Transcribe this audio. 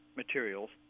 materials